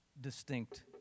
distinct